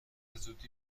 زودی